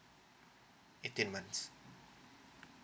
eighteen months